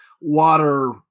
water